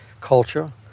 culture